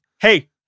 Hey